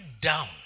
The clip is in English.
down